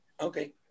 Okay